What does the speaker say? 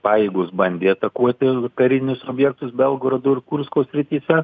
pajėgos bandė atakuoti karinius objektus belgorodo ir kursko srityse